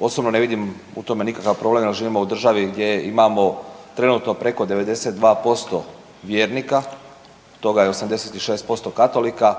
Osobno ne vidim u tome nikakav problem jer živimo u državi gdje imamo trenutno preko 92% vjernika, od toga je 86% katolika